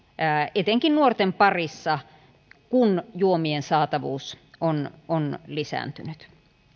etenkin nuorten parissa kun juomien saatavuus on on lisääntynyt